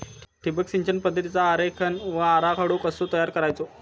ठिबक सिंचन पद्धतीचा आरेखन व आराखडो कसो तयार करायचो?